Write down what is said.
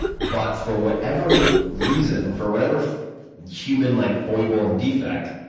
but for whatever reason, for whatever human-like foible and defect,